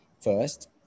First